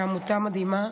שהיא עמותה מדהימה,